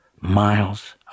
Miles